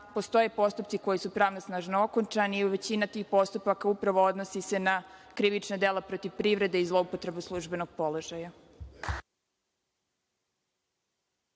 postoje postupci koji su pravnosnažno okončani. Većina tih postupaka upravo se odnosi na krivična dela protiv privrede i zloupotrebe službenog položaja.